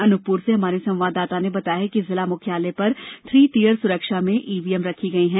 अनुपपुर से हमारे संवाददाता ने बताया है कि जिला मुख्यालय पर थ्री टियर सुरक्षा मे ईवीएम रखी गई हैं